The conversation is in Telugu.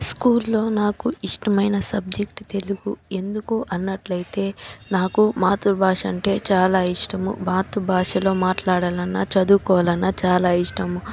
స్కూల్లో నాకు ఇష్టమైన సబ్జెక్ట్ తెలుగు ఎందుకు అన్నట్లు అయితే నాకు మాతృభాష అంటే చాలా ఇష్టము మాతృభాషలో మాట్లాడాలన్న చదువుకోవాలన్న చాలా ఇష్టము